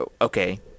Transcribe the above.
okay